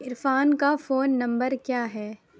عرفان کا phone number کیا ہے